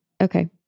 Okay